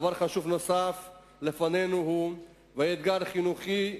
דבר חשוב נוסף לפנינו, והוא אתגר חינוכי.